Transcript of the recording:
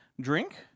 drink